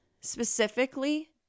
specifically